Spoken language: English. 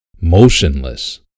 motionless